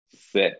sit